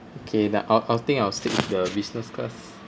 okay I I think I'll stick with your business class